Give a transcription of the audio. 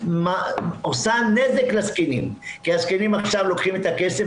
עושה נזק לזקנים כי הזקנים לוקחים את הכסף,